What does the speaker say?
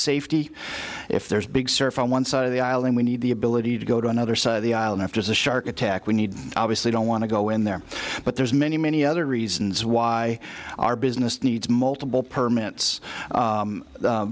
safety if there's big surf on one side of the island we need the ability to go to another side of the island after the shark attack we need obviously don't want to go in there but there's many many other reasons why our business needs multiple permits